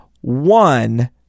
one